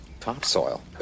Topsoil